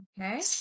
Okay